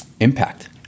impact